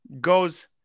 Goes